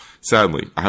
sadly